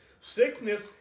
Sickness